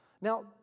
Now